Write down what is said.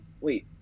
wait